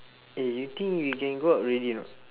eh you think we can go out already not